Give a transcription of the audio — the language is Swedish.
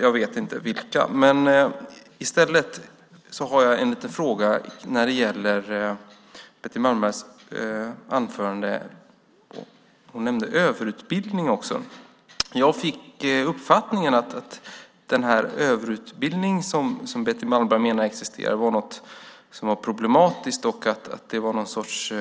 Jag har en fråga om överutbildning, som Betty Malmberg tog upp i sitt anförande. Jag fick uppfattningen att den överutbildning som enligt Betty Malmberg existerar är något problematiskt och någon sorts